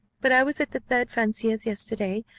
but i was at the bird-fancier's yesterday,